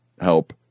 help